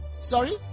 Sorry